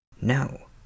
No